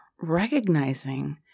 Recognizing